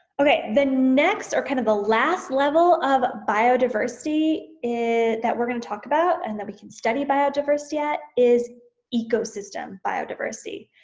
okay the next, or kind of last level of biodiversity that we're gonna talk about, and then we can study biodiversity at is ecosystem biodiversity.